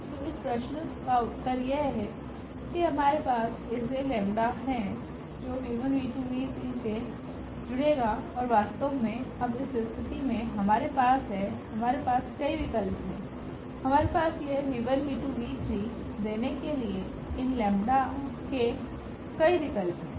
तो इस प्रश्न का उत्तर यह है कि हमारे पास ऐसे लेम्डा 𝜆 हैं जो से जुड़ेगा और वास्तव में अब इस स्थिति में हमारे पास हैं हमारे पास कई विकल्प हैं हमारे पास यह देने के लिए इन लेम्डा 𝜆ओ के कई विकल्प हैं